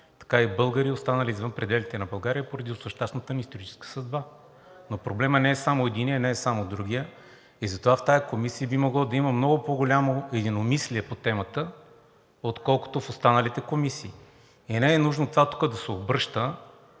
така и българи, останали извън пределите на България поради злощастната ни историческа съдба. Но проблемът не е само единият, не е само другият и затова в тази комисия би могло да има много по голямо единомислие по темата, отколкото в останалите комисии, и не е нужно това тук да се обръща